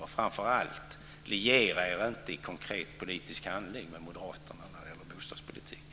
Och liera er framför allt inte i konkret politisk handling med Moderaterna när det gäller bostadspolitiken!